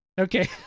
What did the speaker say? Okay